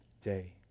day